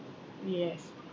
yes